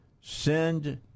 send